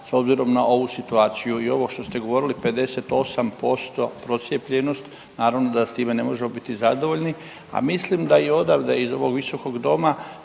s obzirom na ovu situaciju. I ovo što ste govorili 58% procijepljenost naravno da s time ne možemo biti zadovoljni, a mislim da i odavde iz ovog visokog doma